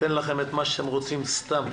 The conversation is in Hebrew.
ניתן לכם את מה שאתם רוצים סתם.